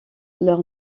leur